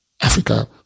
Africa